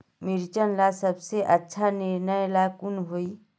मिर्चन ला सबसे अच्छा निर्णय ला कुन होई?